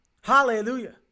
Hallelujah